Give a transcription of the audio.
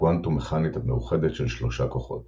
קוונטום-מכנית מאוחדת של שלושה כוחות